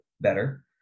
better